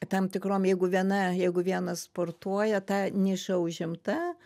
tam tikrom jeigu viena jeigu vienas sportuoja tą nišą užimta